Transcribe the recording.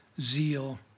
zeal